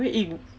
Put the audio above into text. wait